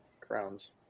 Crowns